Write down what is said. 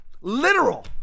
literal